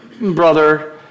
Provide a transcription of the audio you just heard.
brother